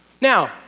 Now